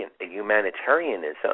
humanitarianism